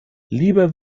lieber